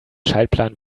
schaltplan